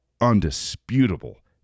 undisputable